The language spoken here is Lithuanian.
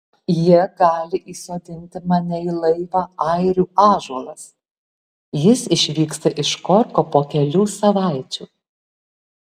jie gali įsodinti mane į laivą airių ąžuolas jis išvyksta iš korko po kelių savaičių